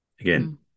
again